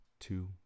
two